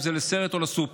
אם זה לסרט או לסופר,